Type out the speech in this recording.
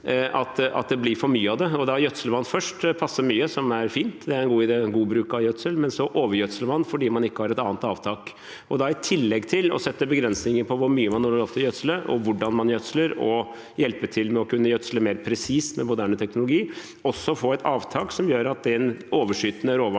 at det blir for mye av det. Da gjødsler man først passe mye, som er fint, det er en god bruk av gjødsel, men så overgjødsler man fordi man ikke har et annet avtak. Så i tillegg til å sette begrensninger på hvor mye man har lov til å gjødsle, og hvordan man gjødsler, og å hjelpe til med å kunne gjødsle mer presist med moderne teknologi, kan vi også få et avtak som gjør at den overskytende råvaren